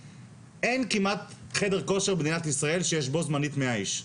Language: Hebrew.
אין כמעט חדר כושר במדינת ישראל שיש בו בו זמנית 100 איש.